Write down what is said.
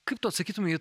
kaip tu atsakytumei į